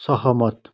सहमत